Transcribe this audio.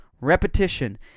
repetition